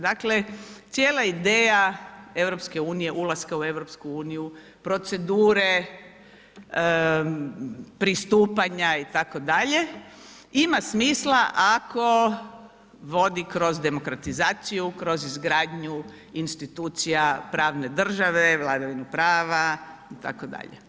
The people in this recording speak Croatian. Dakle cijela ideja EU, ulaska u EU, procedure pristupanja itd. ima smisla ako vodi kroz demokratizaciju, kroz izgradnju institucija pravne države, vladavinu prava itd.